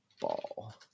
ball